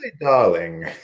darling